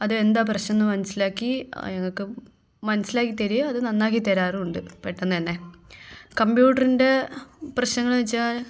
അതെന്താണ് പ്രശ്നമെന്ന് മനസ്സിലാക്കി ഞങ്ങൾക്ക് മനസ്സിലാക്കി തരികയും അത് നന്നാക്കി തരാറുമുണ്ട് പെട്ടെന്ന് തന്നെ കംപ്യൂട്ടറിന്റെ പ്രശ്നങ്ങൾ വെച്ചാൽ